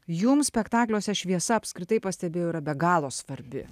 jum spektakliuose šviesa apskritai pastebėjau yra be galo svarbi